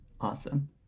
Awesome